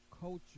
culture